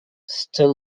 still